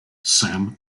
sam